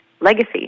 legacy